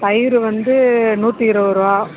தயிர் வந்து நூற்றி இருபதுரூவா